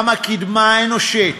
כמה קִדמה אנושית,